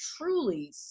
truly